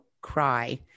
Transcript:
cry